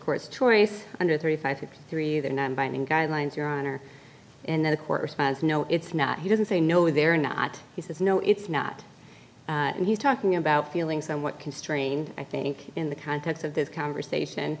court's choice under three five three they're not binding guidelines your honor and that of course has no it's not he doesn't say no they're not he says no it's not and he's talking about feeling somewhat constrained i think in the context of this conversation